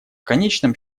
конечном